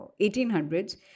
1800s